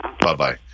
Bye-bye